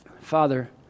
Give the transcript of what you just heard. Father